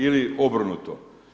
Ili obrnuto.